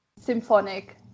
symphonic